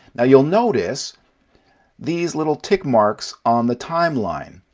now, you'll notice these little tick marks on the timeline.